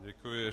Děkuji.